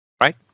right